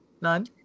none